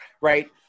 right